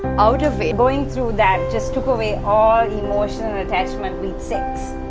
out of it. going through that just took away all the emotional attachments with sex,